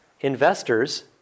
investors